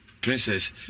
princess